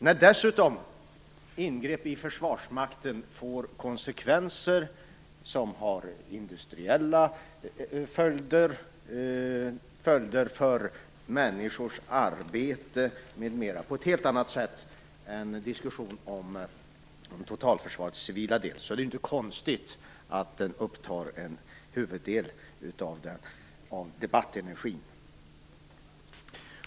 När dessutom ingrepp i Försvarsmakten får konsekvenser för industrin, för människors arbete, m.m. på ett helt annat sätt än ingrepp i totalförsvarets civila del är det inte konstigt att den militära delen upptar en huvuddel av debattenergin.